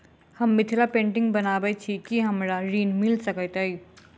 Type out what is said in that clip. हम मिथिला पेंटिग बनाबैत छी की हमरा ऋण मिल सकैत अई?